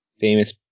famous